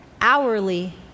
hourly